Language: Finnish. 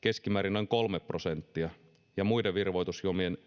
keskimäärin noin kolme prosenttia ja muiden virvoitusjuomien